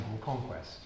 conquest